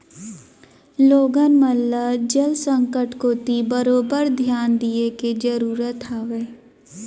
लोगन मन ल जल संकट कोती बरोबर धियान दिये के जरूरत हावय